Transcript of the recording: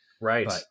Right